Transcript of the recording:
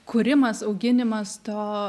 kūrimas auginimas to